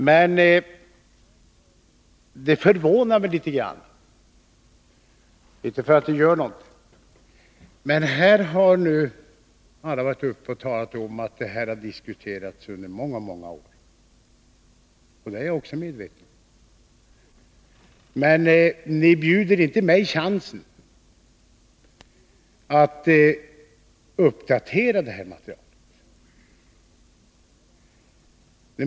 Men det förvånar mig litet grand — inte för att det gör något — att alla debattörerna har talat om att denna fråga har diskuterats under många många år. Det är jag också medveten om. Men ni bjuder inte mig chansen att uppdatera materialet.